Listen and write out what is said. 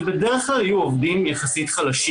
בדרך כלל אלה עובדים חלשים יחסית,